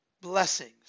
blessings